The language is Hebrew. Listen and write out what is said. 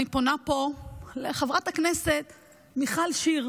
אני פונה פה לחברת הכנסת מיכל שיר.